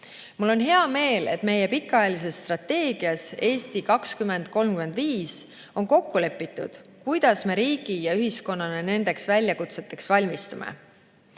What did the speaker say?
Mul on hea meel, et meie pikaajalises strateegias "Eesti 2035" on kokku lepitud, kuidas me riigi ja ühiskonnana nendeks väljakutseteks valmistume.